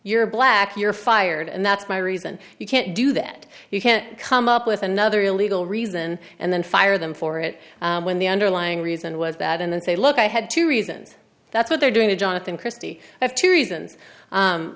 you're black you're fired and that's my reason you can't do that you can't come up with another legal reason and then fire them for it when the underlying reason was that and say look i had two reasons that's what they're doing to jonathan christie have two reason